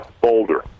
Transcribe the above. Boulder